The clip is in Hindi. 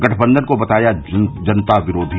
गठबंधन को बताया जनता विरोधी